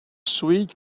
sweet